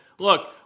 Look